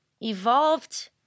evolved